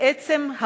בעצם,